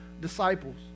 disciples